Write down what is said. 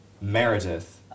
Meredith